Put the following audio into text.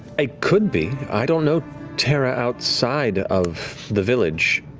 it could be. i don't know terra outside of the village.